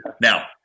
now